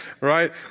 Right